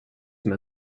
med